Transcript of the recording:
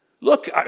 Look